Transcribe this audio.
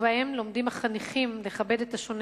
ובהם לומדים החניכים לכבד את השונה